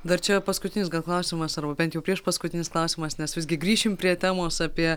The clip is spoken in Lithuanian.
dar čia paskutinis klausimas arba bent jau priešpaskutinis klausimas nes visgi grįšim prie temos apie